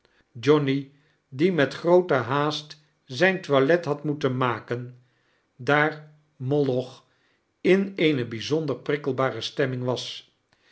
johnny die met groote haast zijn toilet had moeten maken daar moloch in eene bijzonder prikkelbare stemming was